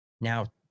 Now